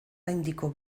gaindiko